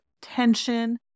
tension